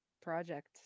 project